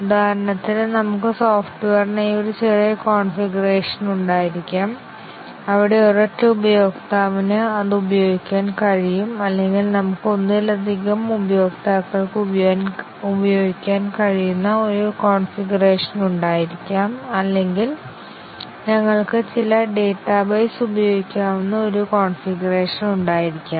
ഉദാഹരണത്തിന് നമുക്ക് സോഫ്റ്റ്വെയറിനായി ഒരു ചെറിയ കോൺഫിഗറേഷൻ ഉണ്ടായിരിക്കാം അവിടെ ഒരൊറ്റ ഉപയോക്താവിന് അത് ഉപയോഗിക്കാൻ കഴിയും അല്ലെങ്കിൽ നമുക്ക് ഒന്നിലധികം ഉപയോക്താക്കൾക്ക് ഉപയോഗിക്കാൻ കഴിയുന്ന ഒരു കോൺഫിഗറേഷൻ ഉണ്ടായിരിക്കാം അല്ലെങ്കിൽ ഞങ്ങൾക്ക് ചില ഡാറ്റാബേസ് ഉപയോഗിക്കാവുന്ന ഒരു കോൺഫിഗറേഷൻ ഉണ്ടായിരിക്കാം